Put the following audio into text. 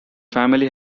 family